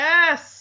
Yes